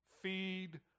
feed